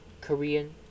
Korean